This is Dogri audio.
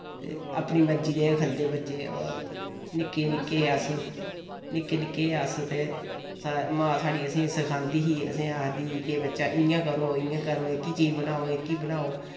ते अपनी मर्जी दे गै खंदे बच्चे और निक्के निक्के अस निक्के निक्के हे अस ते मां साढ़ी असें सखांदी ही असें आखदी ही के बच्चा इय्यां करो इय्यां करो एह्की चीज बनाओ एह्की बनाओ